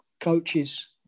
coaches –